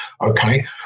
Okay